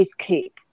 escape